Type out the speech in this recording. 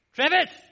Travis